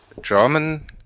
German